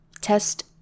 test